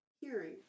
hearing